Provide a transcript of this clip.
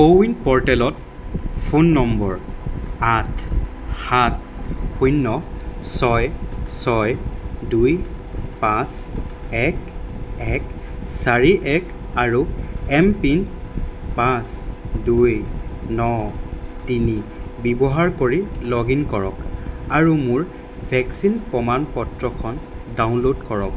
CoWIN পৰ্টেলত phone number আঠ সাত শূণ্য ছয় ছয় দুই পাঁচ এক এক চাৰি এক আৰু এম পি পাঁচ দুই ন তিনি ব্যৱহাৰ কৰি লগ ইন কৰক আৰু মোৰ ভেকচিন প্ৰমাণ পত্ৰখন ডাউনলোড কৰক